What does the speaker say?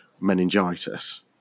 meningitis